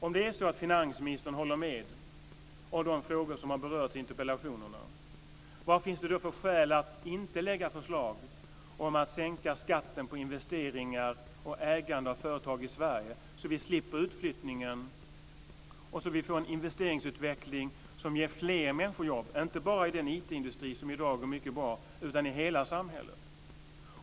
Om finansministern håller med om de frågor som har berörts i interpellationerna, vad finns det då för skäl att inte lägga fram förslag om att sänka skatten på investeringar och ägande av företag i Sverige? Då slipper vi utflyttningen och får en investeringsutveckling som ger fler människor jobb, inte bara i den IT-industri som i dag går mycket bra utan i hela samhället.